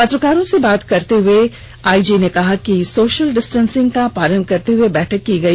पत्रकारों से बात करते हुए सीआरपीएफ के आईजी ने कहा कि सोशल डिस्टेंसिंग का पालन करते हुए बैठक की गई